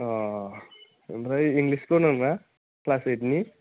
अ आमफ्राय इंलिसबो दंना क्लास एइटनि